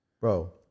Bro